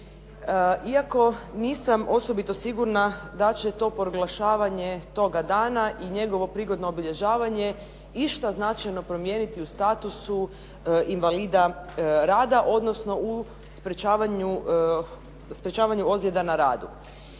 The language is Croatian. iako nisam osobito sigurna da će to proglašavanje toga dana i njegovo prigodno obilježavanje išta značajno promijeniti u statusu invalida rada, odnosno u sprečavanju ozljeda na radu.